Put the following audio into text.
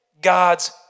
God's